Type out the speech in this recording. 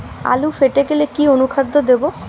আলু ফেটে গেলে কি অনুখাদ্য দেবো?